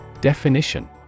Definition